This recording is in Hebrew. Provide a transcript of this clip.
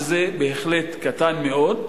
וזה בהחלט מעט מאוד.